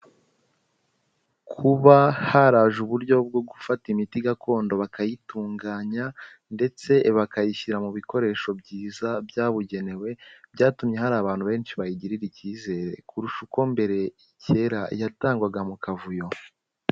Kuba haraje uburyo bwo gufata imiti gakondo bakayitunganya ndetse bakayishyira mu bikoresho byiza byabugenewe, byatumye hari abantu benshi bayigirira icyizere kurusha uko mbere kera yatangwaga mu kavuyo.